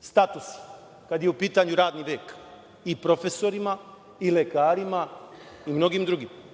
statusi kada je u pitanju radni vek, i profesorima i lekarima i mnogim drugim.